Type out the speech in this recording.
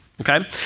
okay